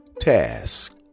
task